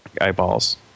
eyeballs